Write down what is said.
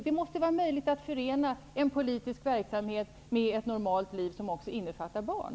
Det måste vara möjligt att förena en politisk verksamhet med ett normalt liv, som också innefattar barn.